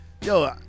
yo